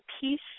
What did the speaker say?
peace